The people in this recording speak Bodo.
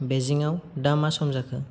बेइजिंआव दा मा सम जाखो